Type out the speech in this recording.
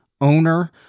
owner